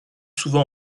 souvent